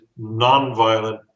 nonviolent